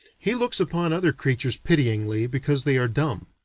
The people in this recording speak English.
he looks upon other creatures pityingly because they are dumb.